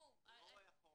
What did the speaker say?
צופה אחורה.